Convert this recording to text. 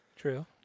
True